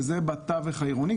וזה בתווך העירוני.